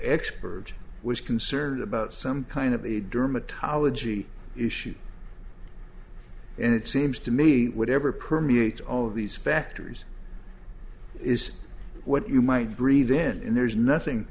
expert was concerned about some kind of a dermatology issue and it seems to me whatever permeates all of these factors is what you might breathe in there's nothing